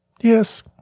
yes